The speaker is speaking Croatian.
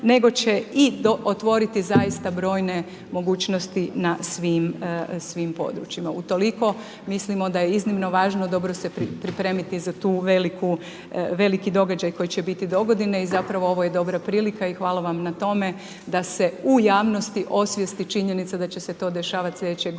nego će i otvoriti zaista brojne mogućnosti na svim područjima. Utoliko mislimo da je iznimno važno dobro se pripremiti za tu veliku, veliki događaj koji će biti dogodine i zapravo ovo je dobra prilika i hvala vam na tome da se u javnosti osvijesti činjenica da će se to dešavati slijedeće godine